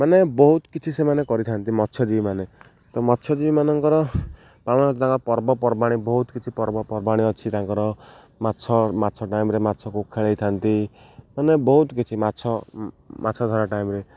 ମାନେ ବହୁତ କିଛି ସେମାନେ କରିଥାନ୍ତି ମତ୍ସ୍ୟଜୀବିମାନେ ତ ମତ୍ସ୍ୟଜୀବିମାନଙ୍କର ପାଳନ ତାଙ୍କ ପର୍ବପର୍ବାଣି ବହୁତ କିଛି ପର୍ବପର୍ବାଣି ଅଛି ତାଙ୍କର ମାଛ ମାଛ ଟାଇମରେ ମାଛକୁ ଖେଳଥାନ୍ତି ମାନେ ବହୁତ କିଛି ମାଛ ମାଛ ଧରା ଟାଇମରେ